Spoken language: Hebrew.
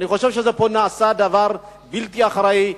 שנעשה פה דבר בלתי אחראי,